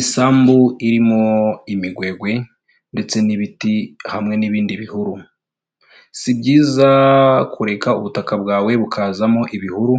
Isambu irimo imigwegwe ndetse n'ibiti hamwe n'ibindi bihuru. Si byiza kureka ubutaka bwawe bukazamo ibihuru